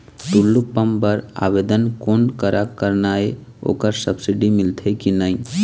Tullu pump बर आवेदन कोन करा करना ये ओकर सब्सिडी मिलथे की नई?